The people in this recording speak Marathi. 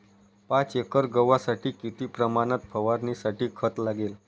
पाच एकर गव्हासाठी किती प्रमाणात फवारणीसाठी खत लागेल?